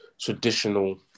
traditional